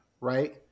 right